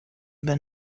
been